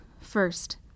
First